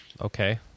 okay